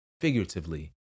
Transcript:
figuratively